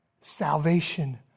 Salvation